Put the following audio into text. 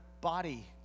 body